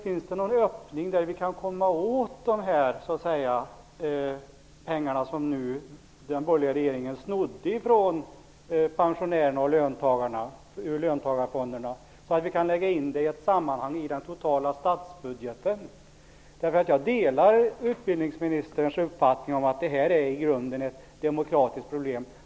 Finns det någon öppning där vi kan komma åt de pengar som den borgerliga regeringen snodde från pensionärerna och löntagarna ur löntagarfonderna så att vi kan lägga in dem i ett sammanhang i den totala statsbudgeten? Jag delar utbildningsministerns uppfattning att detta i grunden är ett demokratiskt problem.